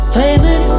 famous